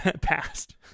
passed